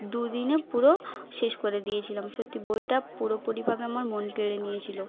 দু দিনে পুরো শেষ করে দিয়েছিলাম সত্যি বইটা পুরোপুরিভাবে আমার মন কেড়ে নিয়েছিল